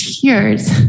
tears